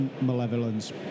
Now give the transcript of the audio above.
malevolence